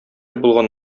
булган